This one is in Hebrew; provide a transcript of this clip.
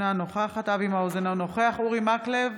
אינה נוכחת אבי מעוז, אינו נוכח אורי מקלב,